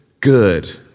good